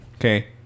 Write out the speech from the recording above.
Okay